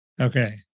Okay